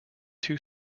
too